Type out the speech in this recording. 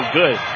good